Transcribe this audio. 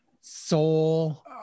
soul